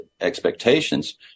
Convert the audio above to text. expectations